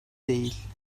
değil